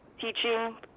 teaching